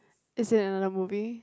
is it another movie